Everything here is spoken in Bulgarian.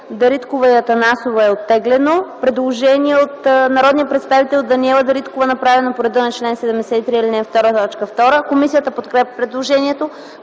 Десислава Атанасова е оттеглено. Предложение от народния представител Даниела Дариткова, направено по реда на чл. 73, ал. 2, т. 2 от ПОДНС. Комисията подкрепя предложението.